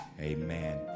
Amen